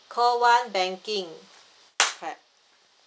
call one banking clap